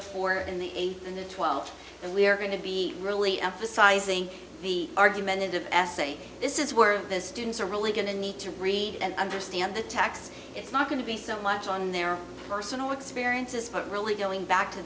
the four in the eight and the twelve and we are going to be really emphasizing the argument of say this is where the students are really going to need to read and understand the tax it's not going to be so much on their personal experiences for really going back to